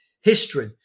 history